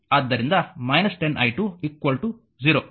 ಆದ್ದರಿಂದ 10 i2 0